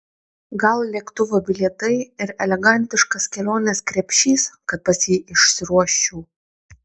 gal lėktuvo bilietai ir elegantiškas kelionės krepšys kad pas jį išsiruoščiau